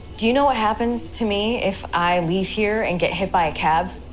do you know what happens to me if i leave here and get hit by a cab?